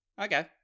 Okay